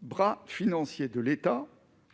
bras financier de l'État